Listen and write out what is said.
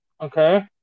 Okay